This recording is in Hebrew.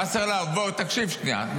וסרלאוף, בוא, תקשיב שנייה.